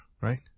right